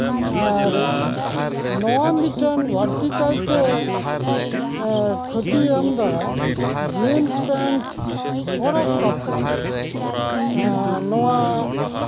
ᱟᱨ ᱱᱚᱣᱟ ᱢᱤᱫᱴᱮᱱ ᱵᱟᱹᱲᱛᱤ ᱠᱟᱭᱛᱮ ᱠᱷᱚᱛᱤ ᱮᱢᱫᱟ ᱡᱤᱱᱥ ᱯᱮᱱᱴ ᱦᱚᱨᱚᱜ ᱠᱟᱛᱮᱫ ᱱᱚᱣᱟ